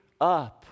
up